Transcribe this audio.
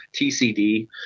TCD